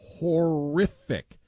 horrific